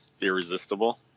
irresistible